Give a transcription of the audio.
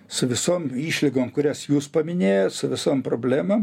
su visom išlygom kurias jūs paminėjot su visom problemam